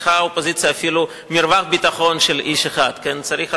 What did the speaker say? לקחה האופוזיציה מרווח ביטחון של 41. צריך 40,